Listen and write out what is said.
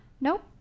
Nope